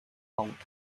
out